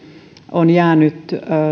on jäänyt